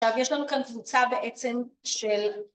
‫יש לנו כאן קבוצה בעצם של...